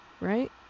Right